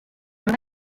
ona